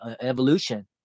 evolution